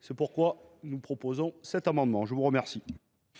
C’est pourquoi nous avons déposé cet amendement de suppression